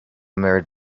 mirrored